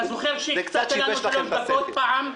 אתה זוכר שהקצת לנו שלוש דקות פעם?